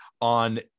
on